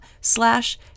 slash